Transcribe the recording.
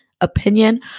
opinion